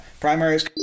primaries